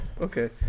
okay